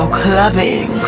clubbing